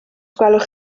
gwelwch